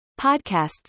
podcasts